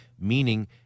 meaning